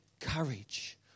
courage